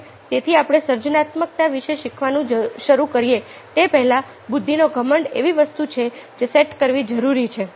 તેથી આપણે સર્જનાત્મકતા વિશે શીખવાનું શરૂ કરીએ તે પહેલાં બુદ્ધિનો ઘમંડ એવી વસ્તુ છે જે સેટ કરવી જરૂરી છે